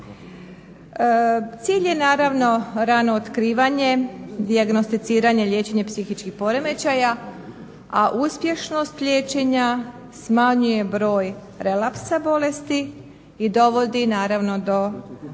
Cilj je naravno rano otkrivanje, dijagnosticiranje, liječenje psihičkih poremećaja, a uspješnost liječenja smanjuje broj relapsa bolesti i dovodi naravno do